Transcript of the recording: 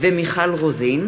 ומיכל רוזין,